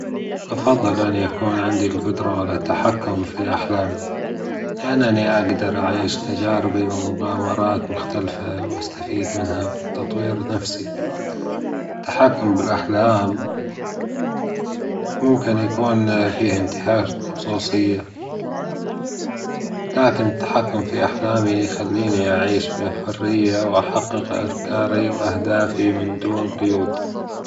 أفضل أن يكون عندي الجدرة على التحكم في أحلامي، لأنني أجدر أعيش تجاربي ومغامرات مختلفة وأستفيد منها في تطوير نفسي، التحكم بالأحلام ممكن يكون فيه انتهاك خصوصية، لكن التحكم في أحلامي يخليني أعيش بحرية وأحقق أفكاري وأهدافي من دون جيود.